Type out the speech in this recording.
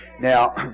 Now